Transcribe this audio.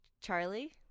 Charlie